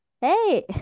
hey